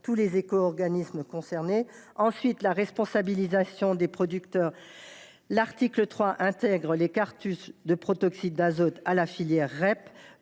tous les éco organismes concernés. Ensuite, la responsabilisation des producteurs : l’article 3 vise à intégrer les cartouches de protoxyde d’azote à la filière REP